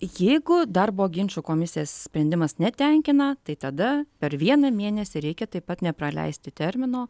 jeigu darbo ginčų komisijos sprendimas netenkina tai tada per vieną mėnesį reikia taip pat nepraleisti termino